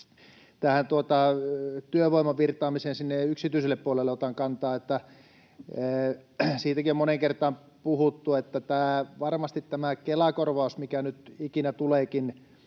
työvoiman virtaamiseen sinne yksityiselle puolelle ottaa kantaa. Siitäkin on moneen kertaan puhuttu, että tämä Kela-korvaus varmasti, mikä nyt ikinä tuleekin,